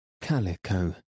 Calico